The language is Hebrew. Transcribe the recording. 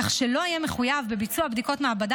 כך שלא יהיה מחויב בביצוע בדיקות מעבדה